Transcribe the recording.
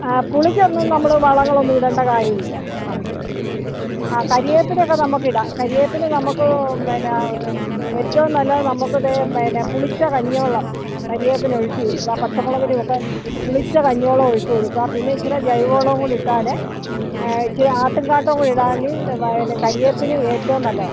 പുളിക്കൊന്നും നമ്മൾ വളങ്ങളൊന്നും ഇടേണ്ട കാര്യമില്ല അ മ് അ കരിവേപ്പിനക്കെ നമക്കിട കറിവേപ്പിന് നമുക്ക് എന്താ ഏറ്റവും നല്ലത് നമുക്ക് ഇത് പുളിച്ച കഞ്ഞി വെള്ളം കറിവേപ്പിന് ഒഴിച്ച് കൊടുക്കുക പച്ചമുളകിനൊക്കെ പുളിച്ച കഞ്ഞി വെള്ളമൊഴിച്ച് കൊടുക്കുക പിന്നെ ഇച്ചിരി ജൈവ വളംകൂടി ഇട്ടാൽ ഇച്ചിരി ആട്ടുങ്കാട്ടംകൂടി ഇടാമെങ്കിൽ പിന്നെ കറിവേപ്പിന് ഏറ്റവും നല്ലതാ